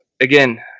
again